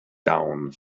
down